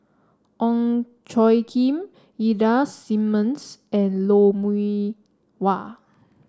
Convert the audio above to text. Ong Tjoe Kim Ida Simmons and Lou Mee Wah